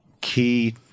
key